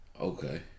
Okay